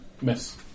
Miss